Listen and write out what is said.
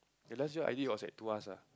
the last job I did was at tuas ah